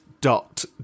dot